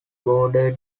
border